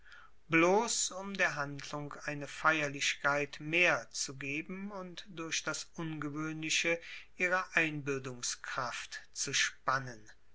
bloß um der handlung eine feierlichkeit mehr zu geben und durch das ungewöhnliche ihre einbildungskraft zu spannen